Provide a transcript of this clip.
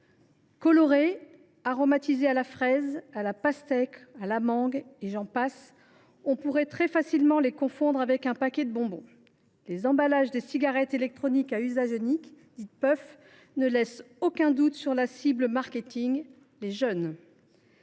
colorés, aromatisés à la fraise, à la pastèque ou encore à la mangue, on pourrait très facilement les confondre avec un paquet de bonbons : les emballages des cigarettes électroniques à usage unique, dites puffs, ne laissent aucun doute sur leur cible marketing : les jeunes.